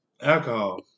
alcohol